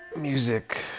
music